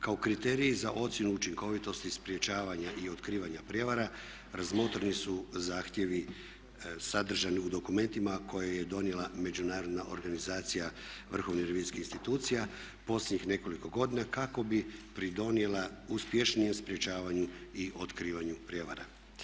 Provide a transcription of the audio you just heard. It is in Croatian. Kao kriteriji za ocjenu učinkovitosti, sprječavanja i otkrivanja prijevara razmotreni su zahtjevi sadržani u dokumentima koje je donijela Međunarodna organizacija vrhovnih revizijskih institucija posljednjih nekoliko godina kako bi pridonijela uspješnijem sprječavanju i otkrivanju prijevara.